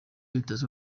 bitatse